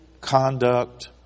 conduct